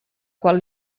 qual